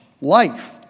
life